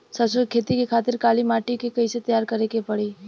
सरसो के खेती के खातिर काली माटी के कैसे तैयार करे के पड़ी?